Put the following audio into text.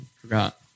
forgot